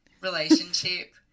relationship